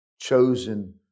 chosen